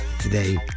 today